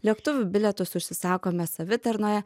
lėktuvų bilietus užsisakome savitarnoje